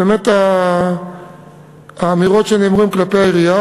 באמת האמירות שנאמרו הן כלפי העירייה,